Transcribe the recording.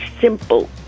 simple